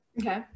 okay